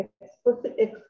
explicit